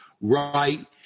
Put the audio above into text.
right